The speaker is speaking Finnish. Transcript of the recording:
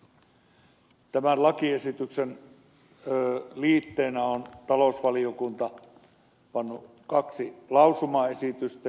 tämän lakiesityksen liitteeksi on talousvaliokunta pannut kaksi lausumaesitystä